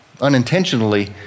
unintentionally